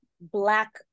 Black